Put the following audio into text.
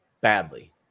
Badly